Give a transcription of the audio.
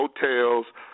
hotels